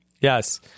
Yes